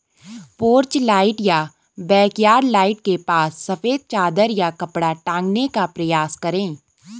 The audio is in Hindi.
पोर्च लाइट या बैकयार्ड लाइट के पास सफेद चादर या कपड़ा टांगने का प्रयास करें